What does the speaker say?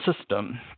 system